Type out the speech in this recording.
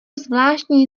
zvláštní